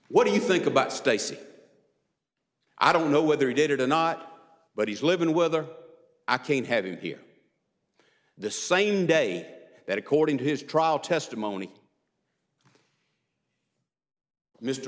what do you think about stacy i don't know whether he did it or not but he's live in whether i can have him here the same day that according to his trial testimony mr